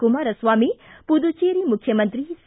ಕುಮಾರಸ್ವಾಮಿ ಪುದುಜೇರಿ ಮುಖ್ಯಮಂತ್ರಿ ಸಿ